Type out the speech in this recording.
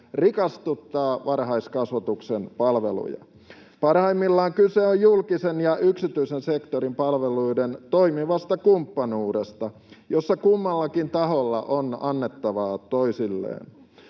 rikastuttaa varhaiskasvatuksen palveluja. Parhaimmillaan kyse on julkisen ja yksityisen sektorin palveluiden toimivasta kumppanuudesta, jossa kummallakin taholla on annettavaa toisilleen.